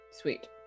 sweet